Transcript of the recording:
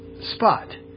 spot